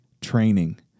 training